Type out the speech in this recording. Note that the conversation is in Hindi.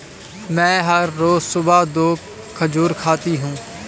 मैं हर रोज सुबह दो खजूर खाती हूँ